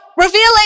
revealing